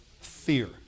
fear